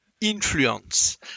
influence